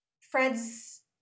Fred's